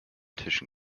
tischen